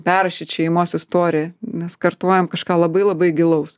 perrašyti šeimos istoriją mes kartojame kažką labai labai gilaus